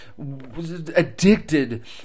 addicted